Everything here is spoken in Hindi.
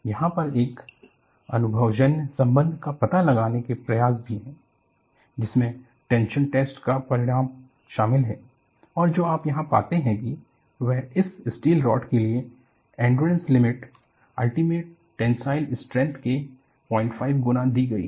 यहाँ पर एक अनुभवजन्य संबंध का पता लगाने के प्रयास भी हैं जिसमें टेंशन टेस्ट का परिणाम शामिल है और जो आप यहां पाते हैं कि वह इस स्टील रॉड के लिए endurance limit ultimate tensile strength के 05 गुना दी गई है